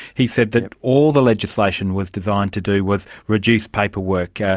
he said that all the legislation was designed to do was reduce paperwork. yeah